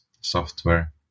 software